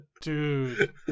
Dude